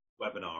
webinar